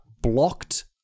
blocked